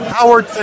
Howard